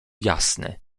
jasny